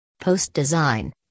Post-design